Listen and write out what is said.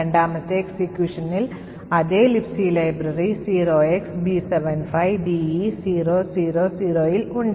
രണ്ടാമത്തെ executionൽ അതേ Libc ലൈബ്രറി 0xb75de000ൽ ഉണ്ട്